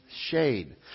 shade